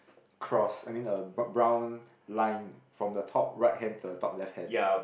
cross I mean a bro~ brown line from the top right hand to the top left hand